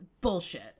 bullshit